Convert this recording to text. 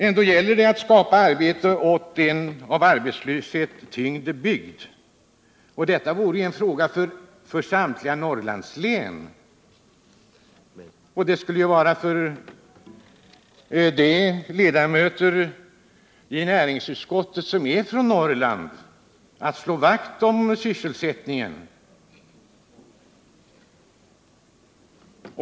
Ändå gäller det att skapa arbete åt en av arbetslöshet tyngd bygd. Det vore en fråga för samtliga Norrlandslän — och det borde det vara även för de ledamöter i näringsutskottet som är från Norrland — att slå vakt om sysselsättningen.